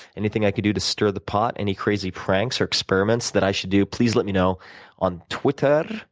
anything i could do to stir the pot, any crazy pranks or experiments that i should do, please let me know on twitter,